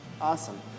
Awesome